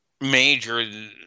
major